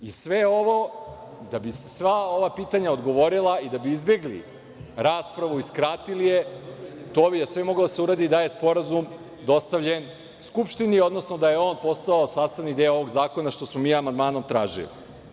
Da bi se na sva ova pitanja odgovorilo i da bi izbegli raspravu i skratili je, to bi sve moglo da se uradi da je sporazum dostavljen Skupštini, odnosno da je on postao sastavni deo ovog zakona što smo mi amandmanom tražili.